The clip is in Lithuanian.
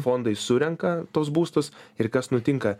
fondai surenka tuos būstus ir kas nutinka